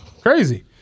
Crazy